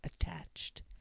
attached